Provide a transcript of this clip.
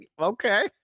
okay